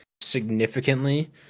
significantly